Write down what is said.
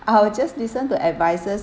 I will just listen to advisors